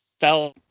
fell